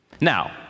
Now